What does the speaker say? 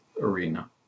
Arena